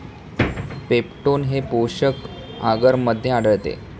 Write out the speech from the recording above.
peptone हे पोषक आगरमध्ये आढळते